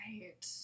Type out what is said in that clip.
right